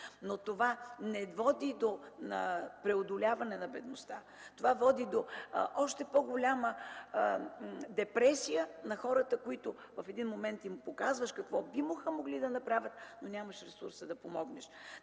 но то не води до преодоляване на бедността. Това води до още по-голяма депресия на хората, на които в един момент им показваш какво биха могли да направят, но нямаш ресурси да помогнеш.